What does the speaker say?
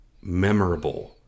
memorable